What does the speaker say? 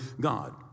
God